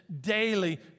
daily